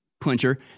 clincher